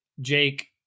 Jake